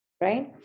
right